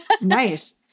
Nice